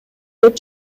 деп